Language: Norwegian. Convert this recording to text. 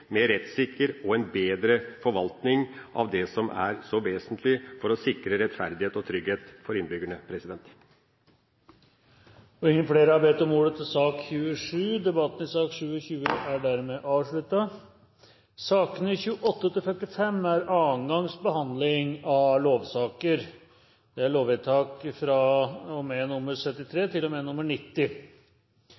mer rettssikker og en bedre forvaltning av det som er så vesentlig for å sikre rettferdighet og trygghet for innbyggerne. Flere har ikke bedt om ordet til sak nr. 27. Vi behandler nå sakene nr. 28–45 samlet. Alle sakene gjelder andre gangs behandling av lovsaker. Det er lovvedtak fra og med nr. 73